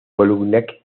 boulogne